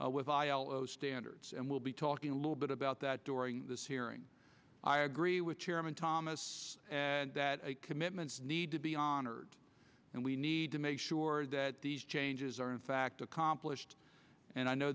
ilo standards and we'll be talking a little bit about that during this hearing i agree with chairman thomas that commitments need to be honored and we need to make sure that these changes are in fact accomplished and i know